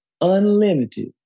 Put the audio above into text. unlimited